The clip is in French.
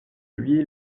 lui